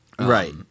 Right